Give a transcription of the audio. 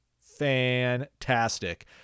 Fantastic